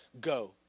go